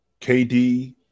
KD